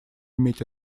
иметь